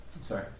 sorry